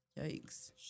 yikes